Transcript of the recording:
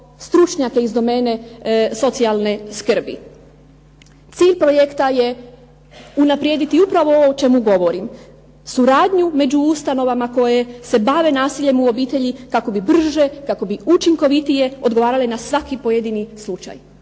stručnjake iz domene socijalne skrbi. Cilj projekta je unaprijediti upravo ovo o čemu govorim, suradnju među ustanovama koje se bave nasiljem u obitelji kako bi brže, kako bi učinkovitije odgovarale na svaki pojedini slučaj,